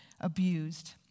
abused